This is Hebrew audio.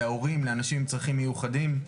להורים לאנשים עם צרכים מיוחדים.